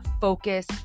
focus